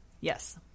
Yes